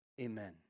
amen